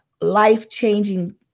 life-changing